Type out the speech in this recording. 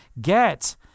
get